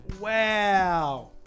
Wow